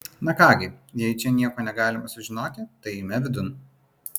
na ką gi jei čia nieko negalime sužinoti tai eime vidun